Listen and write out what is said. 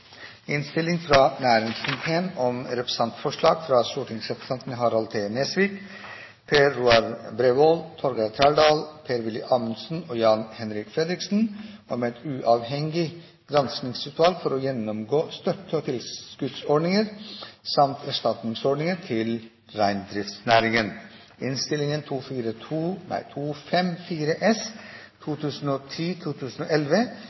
innstilling og forslag nr. 2, fra Høyre og Kristelig Folkeparti, som lyder: «Dokument 8:74 S – representantforslag fra stortingsrepresentantene Harald T. Nesvik, Per Roar Bredvold, Torgeir Trældal, Per-Willy Amundsen og Jan-Henrik Fredriksen om et uavhengig granskingsutvalg for å gjennomgå støtte- og tilskuddsordninger samt erstatningsordninger til reindriftsnæringen